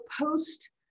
post